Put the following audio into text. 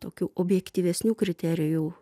tokių objektyvesnių kriterijų